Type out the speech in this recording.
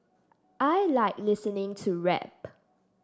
I like listening to rap